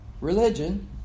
Religion